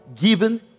given